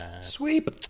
Sweep